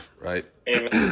Right